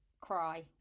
cry